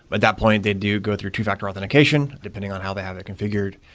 but that point they do go through two factor authentication depending on how they have it configured.